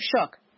shook